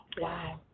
Wow